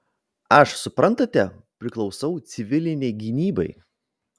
aš suprantate priklausau civilinei gynybai